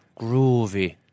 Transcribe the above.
groovy